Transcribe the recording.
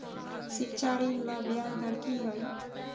शिक्षा ऋण ला ब्याज दर कि हई?